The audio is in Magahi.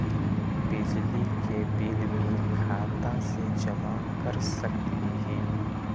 बिजली के बिल भी खाता से जमा कर सकली ही?